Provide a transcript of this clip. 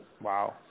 Wow